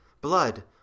blood